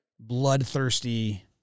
Bloodthirsty